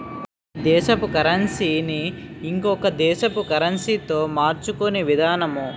ఒక దేశపు కరన్సీ ని ఇంకొక దేశపు కరెన్సీతో మార్చుకునే విధానము